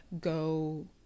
go